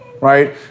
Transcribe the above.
right